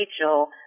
Rachel